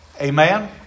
Amen